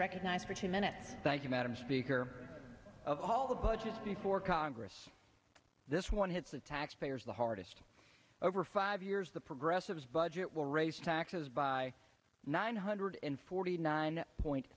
recognized for two minutes thank you madam speaker of all the budget before congress this one hits the taxpayers the hardest over five years the progressive's budget will raise taxes by nine hundred and forty nine point